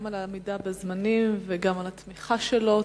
גם על העמידה בזמנים וגם על התמיכה שלו.